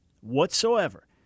whatsoever